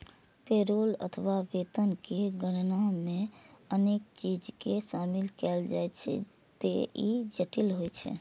payroll अथवा वेतन के गणना मे अनेक चीज कें शामिल कैल जाइ छैं, ते ई जटिल होइ छै